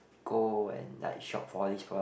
go and like shop for all these product